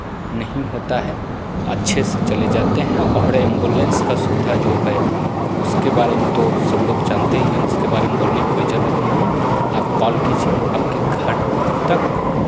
नहीं होता है अच्छे से चले जाते हैं और एम्बुलेंस का सुविधा जो है उसके बारे में तो सब लोग जानते ही हैं उसके बारे में कोई बोलने की जरूरत नहीं है आप कॉल कीजिए आपकी घर तक